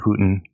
Putin